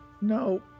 No